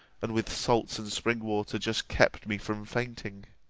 and with salts and spring-water just kept me from fainting